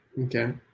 Okay